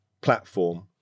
platform